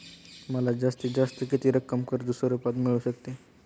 मला जास्तीत जास्त किती रक्कम कर्ज स्वरूपात मिळू शकते?